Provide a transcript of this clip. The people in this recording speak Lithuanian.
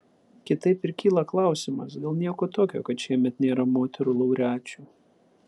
kitaip ir kyla klausimas gal nieko tokio kad šiemet nėra moterų laureačių